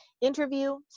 interview